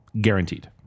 Guaranteed